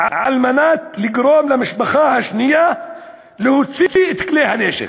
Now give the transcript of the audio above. על מנת לגרום למשפחה השנייה להוציא את כלי-הנשק,